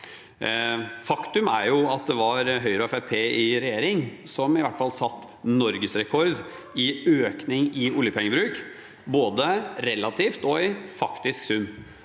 Faktum er at det var Høyre og Fremskrittspartiet i regjering som i hvert fall satte norgesrekord i økning i oljepengebruk, både relativt og i faktisk sum.